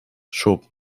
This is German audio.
schob